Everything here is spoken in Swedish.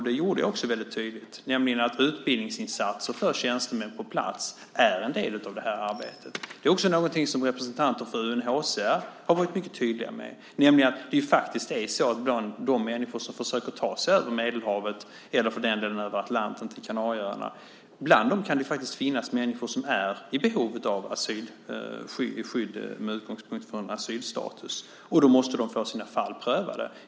Det gjorde jag väldigt tydligt, nämligen att utbildningsinsatser för tjänstemän på plats är en del av det här arbetet. Det är också någonting som representanter för UNHCR har varit mycket tydliga med. Bland de människor som försöker ta sig över Medelhavet, eller för den delen över Atlanten, till Kanarieöarna kan det finnas de som är i behov av skydd med utgångspunkt från asylstatus. Då måste de få sina fall prövade.